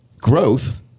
growth